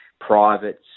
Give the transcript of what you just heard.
privates